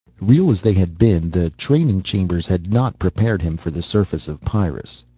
real as they had been, the training chambers had not prepared him for the surface of pyrrus.